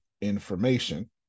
information